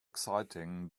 exciting